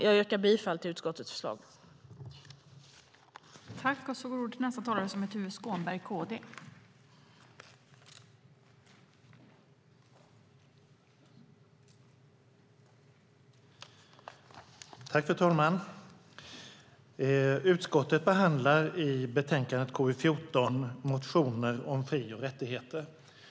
Jag yrkar bifall till utskottets förslag i betänkandet.